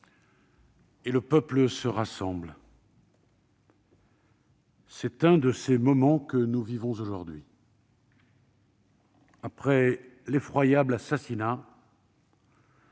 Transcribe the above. et le peuple se rassemble. C'est un de ces moments que nous vivons aujourd'hui après l'effroyable assassinat